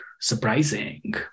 surprising